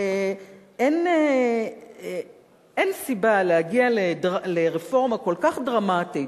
אין סיבה להגיע לרפורמה כל כך דרמטית,